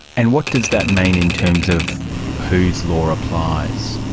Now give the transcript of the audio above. and what does that mean in terms of whose law applies?